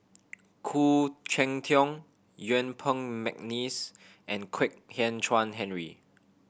Khoo Cheng Tiong Yuen Peng McNeice and Kwek Hian Chuan Henry